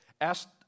asked